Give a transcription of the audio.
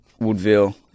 Woodville